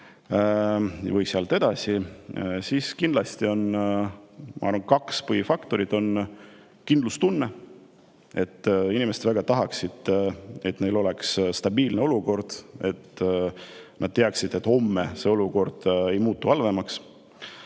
või sealt edasi, siis kindlasti on, ma arvan, kaks põhifaktorit. Üks on kindlustunne. Inimesed väga tahaksid, et neil oleks stabiilne olukord, et nad teaksid, et homme nende olukord ei muutu halvemaks.